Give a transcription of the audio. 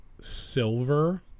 silver